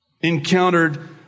encountered